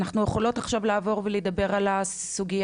אנחנו יכולות עכשיו לעבור ולדבר על הסוגייה